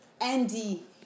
Andy